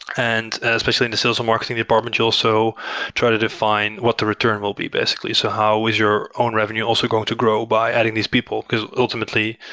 and especially in the sales or marketing department, you also try to define what the return will be basically. so how is your own revenue also going to grow by adding these people? because ultimately,